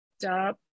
Stop